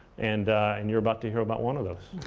and and you're about to hear about one of those.